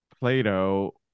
Plato